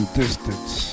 distance